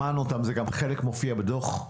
שמענו אותם וחלק מהם גם מופיעים בדוח,